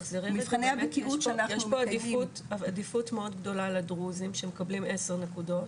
יש פה עדיפות מאוד גדולה לדרוזים שמקבלים 10 נקודות,